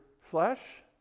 flesh